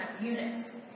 units